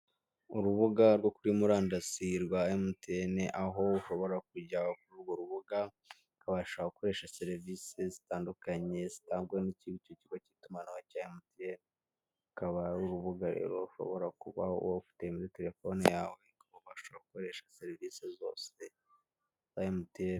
Urubuga rwo kuri murandasi rwa MTN, aho ushobora kujya kuri urwo rubuga ukabasha gukoresha serivisi zitandukanye zitangwa n'icyo kigo k'itumanaho cya MTN, rukaba ari urubuga ushobora kuba ufite muri telefone yawe, ubasha gukoresha serivisi zose za MTN.